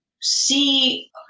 see